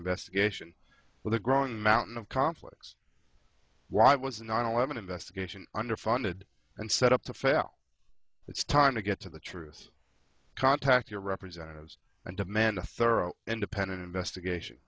investigation with a growing mountain of conflicts why was nine eleven investigation under funded and set up to fail it's time to get to the truth contact your representatives and demand a thorough independent investigation